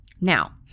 Now